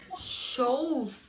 shows